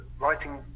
writing